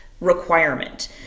requirement